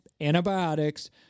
Antibiotics